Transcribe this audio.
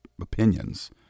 opinions